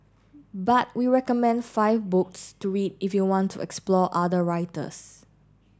but we recommend five books to read if you want to explore other writers